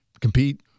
compete